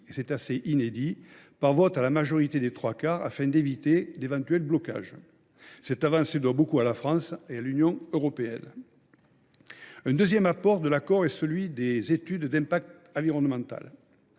manière assez inédite, par vote à la majorité des trois quarts afin d’éviter d’éventuels blocages. Cette avancée doit beaucoup à la France et à l’Union européenne. Le deuxième volet concerne les études d’impact environnemental.